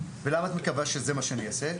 ולמה את מקווה שזה מה שאני אעשה?